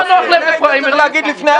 -- מה נוח להם לפריימריז -- נגמר.